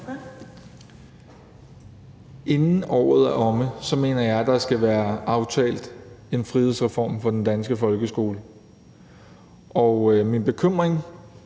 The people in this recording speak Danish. Inden året er omme mener jeg der skal være aftalt en frihedsreform for den danske folkeskole. Min bekymring